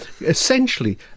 Essentially